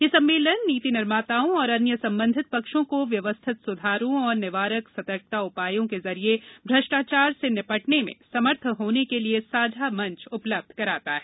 यह सम्मेलन नीति निर्माताओं और अन्य संबंधित पक्षों को व्यवस्थित सुधारों और निवारक सतर्कता उपायों के जरिये भ्रष्टाचार से निपटने में समर्थ होने के लिए साझा मंच उपलब्ध कराता है